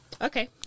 Okay